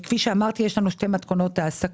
כפי שאמרתי, יש לנו שתי מתכונות העסקה.